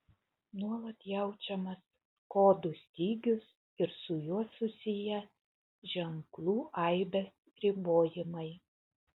nuolat jaučiamas kodų stygius ir su juo susiję ženklų aibės ribojimai